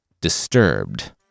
disturbed